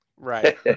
right